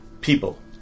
People